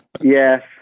yes